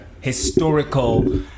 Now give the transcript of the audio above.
historical